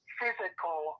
physical